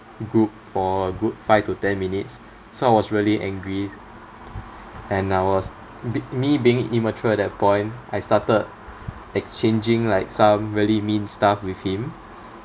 group for a good five to ten minutes so I was really angry and I was be~ me being immature at that point I started exchanging like some really mean stuff with him